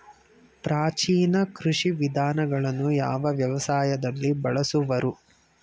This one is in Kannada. ಪ್ರಾಚೀನ ಕೃಷಿ ವಿಧಾನಗಳನ್ನು ಯಾವ ವ್ಯವಸಾಯದಲ್ಲಿ ಬಳಸುವರು?